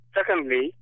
Secondly